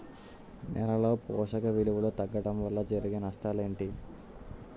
నేలలో పోషక విలువలు తగ్గడం వల్ల జరిగే నష్టాలేంటి?